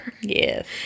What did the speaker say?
Yes